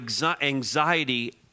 anxiety